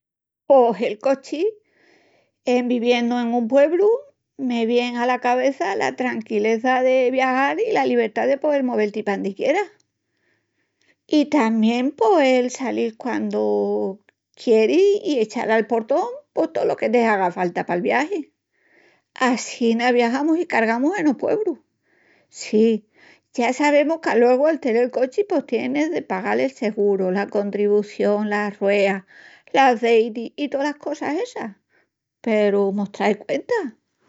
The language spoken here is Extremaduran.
Pos el cochi, en viviendu en un puebru, me vien ala cabeça la tranquileza de viajal i la libertá de poel movel-ti pandi quieras. I tamién poel salil quandu quieris i echal al portón pos tolo que te haga falta pal viagi. Assina viajamus i cargamus enos puebrus. Sí, ya sabemus qu'alogu el tenel cochi pos tienis de pagal el seguru, la contribución, las rueas, l'azeiti i tolas cosas essas peru... mos trai cuenta.